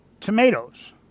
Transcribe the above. tomatoes